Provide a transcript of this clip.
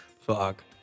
Fuck